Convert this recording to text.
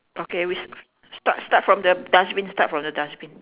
okay we start start from the dustbin start from the dustbin